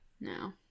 No